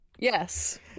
Yes